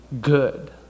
good